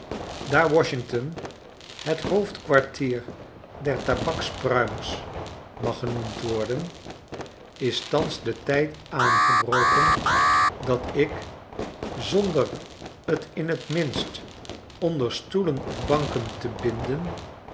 daar washington het hoofdkwartier der tabakspruimers mag genoemd worden is thans de tyd aangebroken dat ik zonder t in t minst onder stoelen of banken te binden